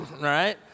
right